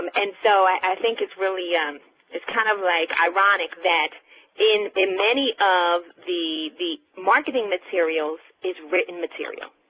um and so i think it's really it's kind of like ironic that in many of the the marketing materials is written material.